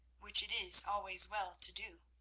which it is always well to do.